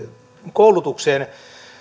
koulutukseen